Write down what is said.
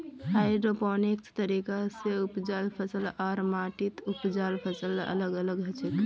hydroponics तरीका स उपजाल फसल आर माटीत उपजाल फसल अलग अलग हछेक